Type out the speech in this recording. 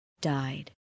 died